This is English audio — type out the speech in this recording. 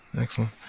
excellent